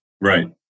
Right